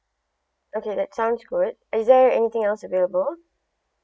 okay that sounds good is there anything else available